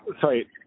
Sorry